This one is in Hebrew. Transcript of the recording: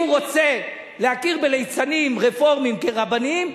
אם הוא רוצה להכיר בליצנים רפורמים כרבנים,